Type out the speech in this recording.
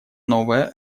новая